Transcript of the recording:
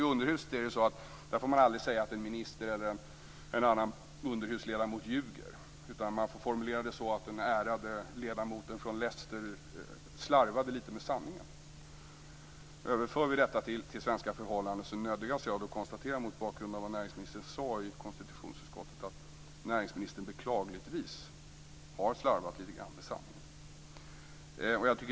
I Underhuset får man aldrig säga att en minister eller en annan underhusledamot ljuger, utan man får formulera det så att "den ärade ledamoten från Leicester slarvade litet med sanningen". Överför vi detta till svenska förhållanden nödgas jag mot bakgrund av vad näringsministern sade i konstitutionsutskottet konstatera att näringsministern beklagligtvis har slarvat litet grand med sanningen.